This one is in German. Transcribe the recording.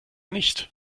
nicht